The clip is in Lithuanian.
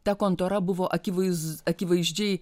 ta kontora buvo akivaiz akivaizdžiai